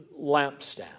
lampstand